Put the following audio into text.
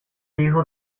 hijo